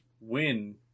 win